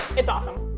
it's awesome.